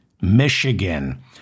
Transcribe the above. Michigan